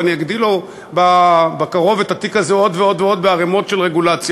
ואני אגדיל לו בקרוב את התיק הזה עוד ועוד ועוד בערמות של רגולציה.